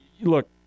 look